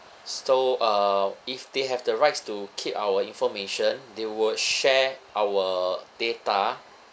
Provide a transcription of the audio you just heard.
so uh if they have the rights to keep our information they would share our data